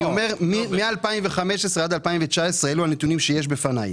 אני אומר מ- 2015 עד 2019 אלו הנתונים שיש בפני,